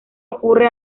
ocurre